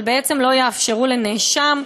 אבל לא יאפשרו לנאשם,